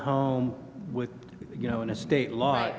home with you know in a state l